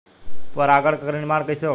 पराग कण क निर्माण कइसे होखेला?